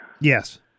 Yes